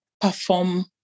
perform